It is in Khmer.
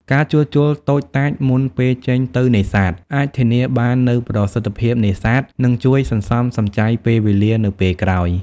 ការជួសជុលតូចតាចមុនពេលចេញទៅនេសាទ អាចធានាបាននូវប្រសិទ្ធភាពនេសាទ និងជួយសន្សំសំចៃពេលវេលានៅពេលក្រោយ។